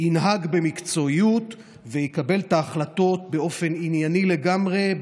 ינהג במקצועיות ויקבל את ההחלטות באופן ענייני לגמרי,